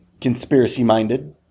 conspiracy-minded